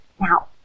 Now